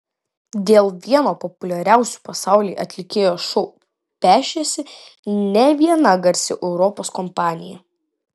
dėl vieno populiariausių pasaulyje atlikėjo šou pešėsi ne viena garsi europos kompanija